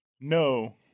no